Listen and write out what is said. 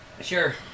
Sure